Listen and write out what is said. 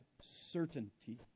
certainty